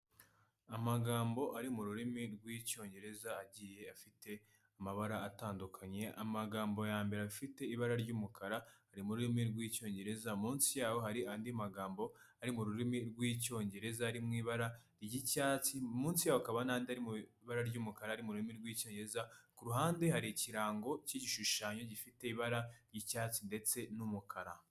Amagambo ari mu rurimi rw'icyongereza agiye afite amabara atandukanye, amagambo ya mbere afite ibara ry'umukara ari mu rurimi rw'icyongereza, munsi yaho hari andi magambo ari mu rurimi rw'icyongereza ari mu ibara ry'icyatsi, munsi hakaba n'andi ari mu ibara ry'umukara ari mu rurimi rw'icyongereza, kuruhande hari ikirango cy'igishushanyo gifite ibara ry'icyatsi ndetse n'umukara.